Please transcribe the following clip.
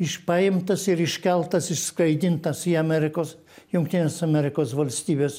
iš paimtas ir iškeltas išskraidintas į amerikos jungtines amerikos valstybes